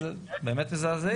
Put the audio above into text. באמת מזעזעים,